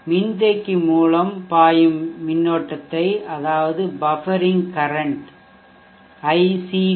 மின்தேக்கி மூலம் பாயும் மின்னோட்டத்தை அதாவது பஃப்பெரிங் கரன்ட்இடையக மின்னோட்டம் ஐ